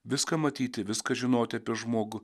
viską matyti viską žinoti apie žmogų